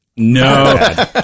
No